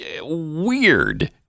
weird